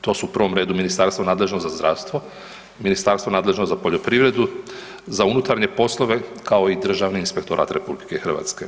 To su u prvom redu Ministarstvo nadležno za zdravstvo, Ministarstvo nadležno za poljoprivredu, za unutarnje poslove, kao i Državni inspektorat RH.